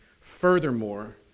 furthermore